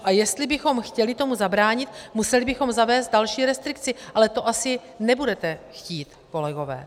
A jestli bychom tomu chtěli zabránit, museli bychom zavést další restrikci, ale to asi nebudete chtít, kolegové.